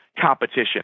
competition